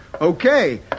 Okay